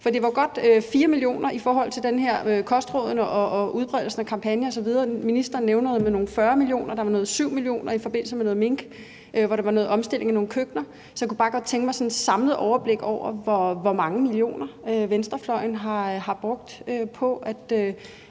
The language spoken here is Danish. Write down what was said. For det var godt 4 mio. kr. til det her med kostrådene og udbredelsen af kampagner osv., og ministeren nævnte noget med 40 mio. kr., og der var noget med 7 mio. kr. i forbindelse med mink og en omstilling af nogle køkkener. Så jeg kunne bare godt tænke mig sådan et samlet overblik over, hvor mange millioner venstrefløjen har brugt på at